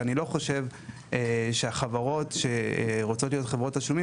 ואני לא חושב שהחברות שרוצות להיות חברות תשלומים,